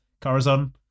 Corazon